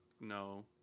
No